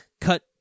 Cut